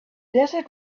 desert